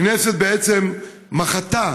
הכנסת בעצם מחתה,